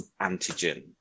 antigen